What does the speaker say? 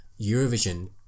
eurovision